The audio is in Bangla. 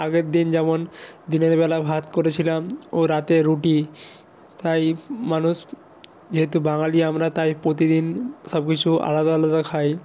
আগের দিন যেমন দিনের বেলা ভাত করেছিলাম ও রাতে রুটি তাই মানুষ যেহেতু বাঙালি আমরা তাই প্রতিদিন সব কিছু আলাদা আলাদা খাই